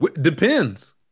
depends